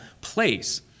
place